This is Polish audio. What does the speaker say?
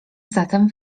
zatem